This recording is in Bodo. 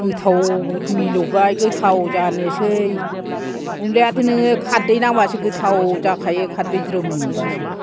गोथाव मिलौबाय गोथाव जानोसै अनलायाथ' नोङो खारदै नांबासो गोथाव जाखायो खारदै ज्रोम बासो